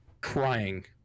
crying